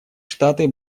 штаты